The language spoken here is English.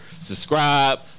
subscribe